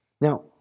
Now